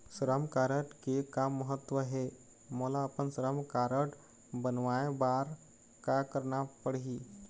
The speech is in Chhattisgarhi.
श्रम कारड के का महत्व हे, मोला अपन श्रम कारड बनवाए बार का करना पढ़ही?